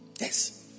Yes